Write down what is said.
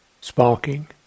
sparking